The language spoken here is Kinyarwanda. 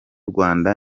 rwanda